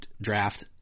draft